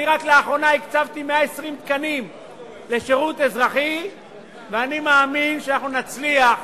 אני רק לאחרונה הקצבתי 120 תקנים לשירות אזרחי ואני מאמין שאנחנו נצליח,